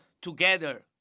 together